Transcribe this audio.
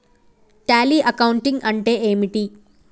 Tally accounting అంటే ఏమిటి?